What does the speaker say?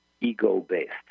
ego-based